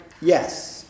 Yes